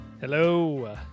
Hello